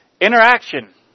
Interaction